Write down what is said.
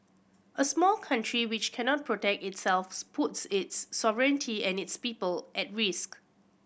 a small country which cannot protect itself puts its sovereignty and its people at risk